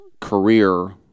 career